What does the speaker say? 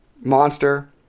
monster